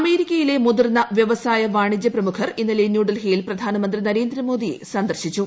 അമേരിക്കയിലെ മുതിർന്ന വ്യവസായ വാണിജൃ പ്രമുഖർ ഇന്നലെ ന്യൂഡൽഹിയിൽ പ്രധാനമന്ത്രി നരേന്ദ്രമോദിയെ സന്ദർശിച്ചു